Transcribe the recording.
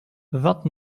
vingt